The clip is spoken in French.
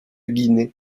guinée